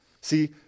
See